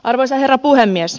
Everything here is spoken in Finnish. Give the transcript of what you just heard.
arvoisa herra puhemies